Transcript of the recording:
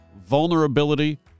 vulnerability